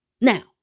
Now